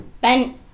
Ben